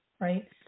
right